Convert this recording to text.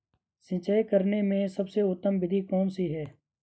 सिंचाई करने में सबसे उत्तम विधि कौन सी है?